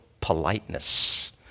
politeness